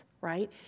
right